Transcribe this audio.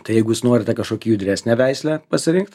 tai jeigu jūs norit kažkokią judresnę veislę pasirinkt